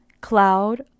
cloud